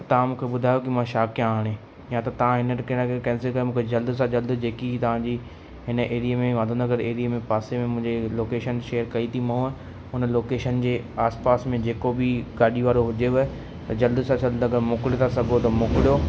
त तां मुखे ॿुधायो कि मां छा कया हाणे या त तां हिन टिकट जे कैंसिल करे मूंखे जल्द सां जल्द जेकी तव्हांजी हिन एरीए में माधव नगर एरीए में पासे में मुंहिंजे लोकेशन शेयर कई थी मांव हुन लोकेशन जे आस पास में जेको बि गाॾी वारो हुजेव त जल्द सां जल्द अगरि मोकिले था सघो त मोकिलियो